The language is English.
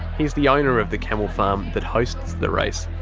he's the owner of the camel farm that hosts the race,